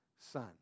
Son